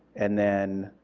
and then